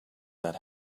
that